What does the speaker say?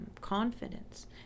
confidence